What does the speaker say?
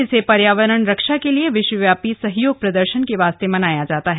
इसे पर्यावरण रक्षा के लिए विश्वव्यापी सहयोग प्रदर्शन के वास्ते मनाया जाता है